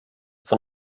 von